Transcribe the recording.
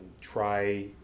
try